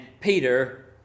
peter